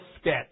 sketch